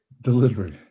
delivery